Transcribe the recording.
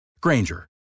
Granger